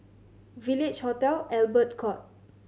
Village Hotel Albert Court